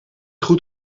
goed